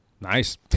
nice